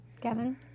Kevin